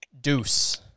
Deuce